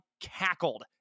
cackled